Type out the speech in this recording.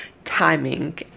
timing